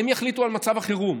הם יחליטו על מצב החירום.